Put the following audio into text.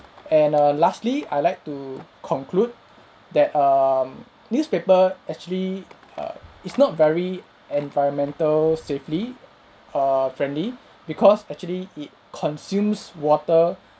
and err lastly I'd like to conclude that um newspaper actually err it's not very environmental safely err friendly because actually it consumes water